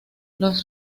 los